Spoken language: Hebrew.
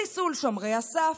חיסול שומרי הסף,